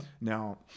Now